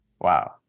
Wow